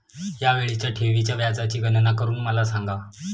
या वेळीच्या ठेवीच्या व्याजाची गणना करून मला सांगा